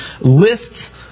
lists